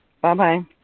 Bye-bye